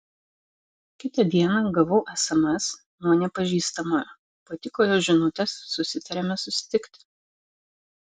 kitą dieną gavau sms nuo nepažįstamojo patiko jo žinutės susitarėme susitikti